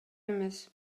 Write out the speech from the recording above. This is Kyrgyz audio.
эмес